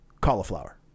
cauliflower